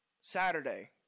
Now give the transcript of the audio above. Saturday